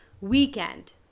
weekend